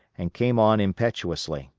and came on impetuously,